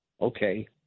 Okay